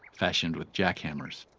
fashioned with jackhammers,